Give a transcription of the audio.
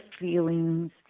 feelings